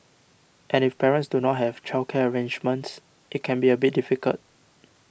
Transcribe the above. and if parents do not have childcare arrangements it can be a bit difficult